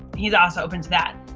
he's also open to that.